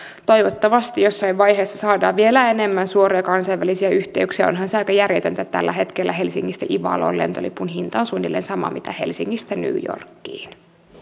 toivottavasti jossain vaiheessa saadaan vielä enemmän suoria kansainvälisiä yhteyksiä onhan se aika järjetöntä että tällä hetkellä helsingistä ivaloon lentolipun hinta on suunnilleen sama kuin helsingistä new yorkiin